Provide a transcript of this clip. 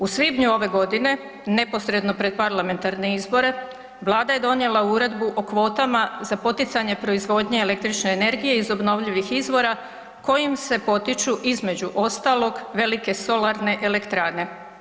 U svibnju ove godine neposredno pred parlamentarne izbore vlada je donijela Uredbu o kvotama za poticanje proizvodnje električne energije iz obnovljivih izvora kojim se potiču između ostalog velike solarne elektrane.